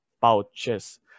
Pouches